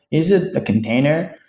is it a container?